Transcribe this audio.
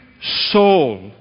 soul